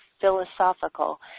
philosophical